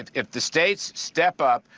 if the states step up,